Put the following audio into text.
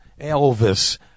Elvis